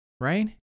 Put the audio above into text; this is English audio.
right